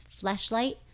Fleshlight